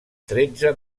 tretze